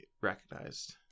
recognized